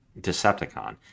Decepticon